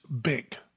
big